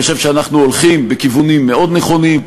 אני חושב שאנחנו הולכים בכיוונים מאוד נכונים.